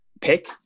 pick